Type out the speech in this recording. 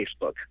Facebook